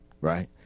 right